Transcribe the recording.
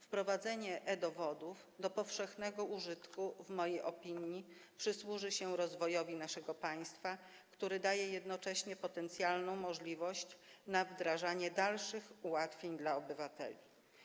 Wprowadzenie e-dowodów do powszechnego użytku - w mojej opinii - przysłuży się rozwojowi naszego państwa, co daje jednocześnie potencjalną możliwość wdrażania dalszych ułatwień dla obywateli.